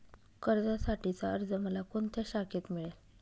कर्जासाठीचा अर्ज मला कोणत्या शाखेत मिळेल?